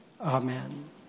Amen